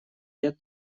лет